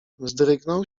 wzdrygnął